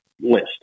list